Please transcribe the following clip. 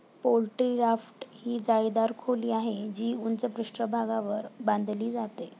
poultry raft ही जाळीदार खोली आहे, जी उंच पृष्ठभागावर बांधली जाते